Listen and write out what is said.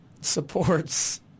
supports